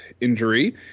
injury